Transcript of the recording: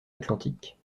atlantique